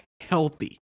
healthy